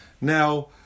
Now